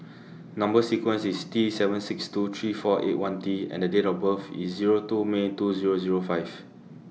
Number sequence IS T seven six two three four eight one T and The Date of birth IS Zero two May two Zero Zero five